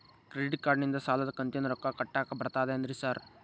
Credit ಕಾರ್ಡನಿಂದ ಸಾಲದ ಕಂತಿನ ರೊಕ್ಕಾ ಕಟ್ಟಾಕ್ ಬರ್ತಾದೇನ್ರಿ ಸಾರ್?